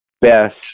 best